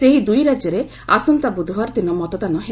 ସେହି ଦୁଇ ରାଜ୍ୟରେ ଆସନ୍ତା ବୁଧବାର ଦିନ ମତଦାନ ହେବ